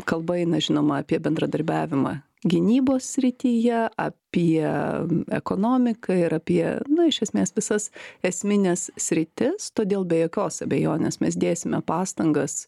kalba eina žinoma apie bendradarbiavimą gynybos srityje apie ekonomiką ir apie iš esmės visas esmines sritis todėl be jokios abejonės mes dėsime pastangas